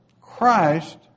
Christ